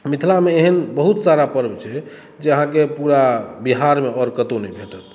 मिथिला मे एहन बहुत सारा पर्ब छै जे अहाँके पूरा बिहार मे आओर कतौ नहि भेटत